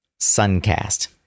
SUNCAST